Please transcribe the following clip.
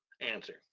answer